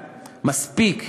מספיק,